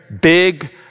big